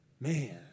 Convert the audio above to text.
Man